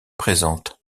présente